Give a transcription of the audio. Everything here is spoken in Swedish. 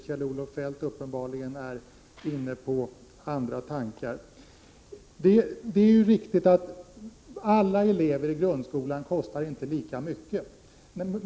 Kjell-Olof Feldt är uppenbarligen inne på andra tankar. Det är riktigt att alla elever i grundskolan inte kostar lika mycket.